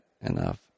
enough